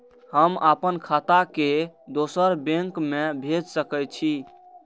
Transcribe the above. हम आपन खाता के दोसर बैंक में भेज सके छी?